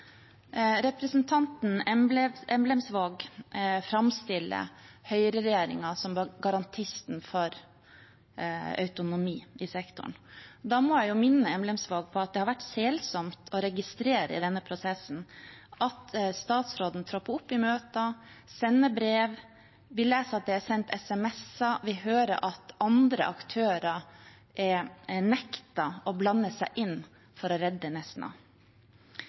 Representanten Emblemsvåg framstiller høyreregjeringen som garantisten for autonomi i sektoren. Da må jeg minne Emblemsvåg på at det har vært selsomt å registrere i denne prosessen at statsråden tropper opp i møter og sender brev – vi leser at det er sendt sms-er, vi hører at andre aktører er nektet å blande seg inn for å redde